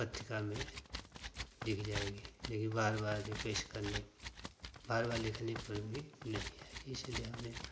पत्रिका में दिख जाएगी लेकिन बार बार रिक्वेस्ट करने बार बार लिखने पर भी आई इसलिए हमें